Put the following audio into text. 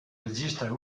registra